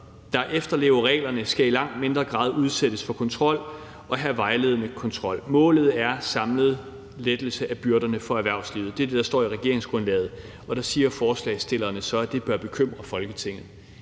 der efterlever reglerne, skal i langt mindre grad udsættes for kontrol og have vejledende kontrol. Målet er en samlet lettelse af byrderne på erhvervslivet.« Det er det, der står i regeringsgrundlaget, og der siger forslagsstillerne så, at det bør bekymre Folketinget.